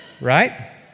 Right